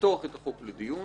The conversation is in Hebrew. לפתוח את החוק לדיון